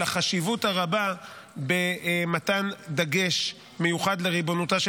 על החשיבות הרבה במתן דגש מיוחד לריבונותה של